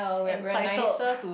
entitled